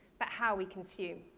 but how we consume.